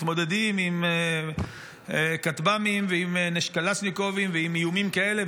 מתמודדים עם כטב"מים ועם קלצ'ניקובים ועם איומים כאלה,